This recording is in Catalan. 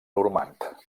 normand